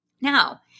Now